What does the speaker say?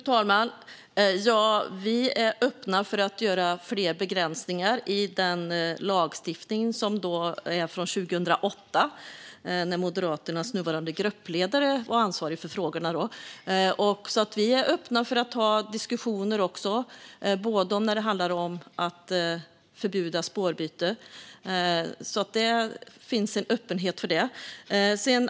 Fru talman! Vi är öppna för att göra fler begränsningar i lagstiftningen, som är från 2008. Då var Moderaternas nuvarande gruppledare ansvarig för frågorna. Vi är öppna för diskussioner om att förbjuda spårbyte. Det finns en öppenhet för det.